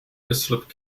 islip